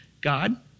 God